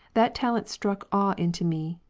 that talent struck awe into me.